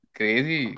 crazy